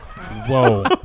Whoa